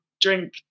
drink